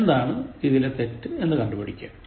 എന്താണ് ഇതിലെ തെറ്റ് എന്നു കണ്ടുപിടിക്കുക